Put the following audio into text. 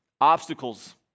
Obstacles